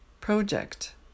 Project